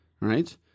right